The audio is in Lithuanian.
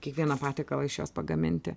kiekvieną patiekalą iš jos pagaminti